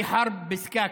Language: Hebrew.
(אומר בערבית: מהכפר איסכאכא.)